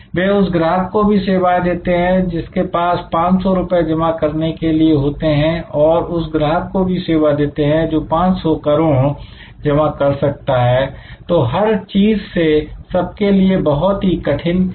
वे उस ग्राहक को भी सेवाएं देते हैं जिसके पास केवल ₹500 जमा करने के लिए होते हैं और उस ग्राहक को भी सेवा देते हैं जो 500 करोड़ जमा कर सकता है तो हर चीज से सबके लिए बहुत ही कठिन स्थिति है